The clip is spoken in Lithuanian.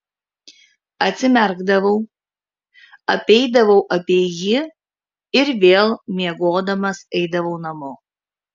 atsimerkdavau apeidavau apie jį ir vėl miegodamas eidavau namo